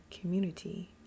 community